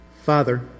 Father